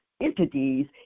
Entities